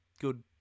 good